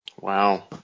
Wow